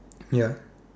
ya